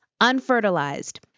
unfertilized